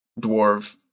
dwarf